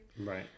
Right